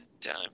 time